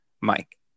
Mike